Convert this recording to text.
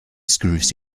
screws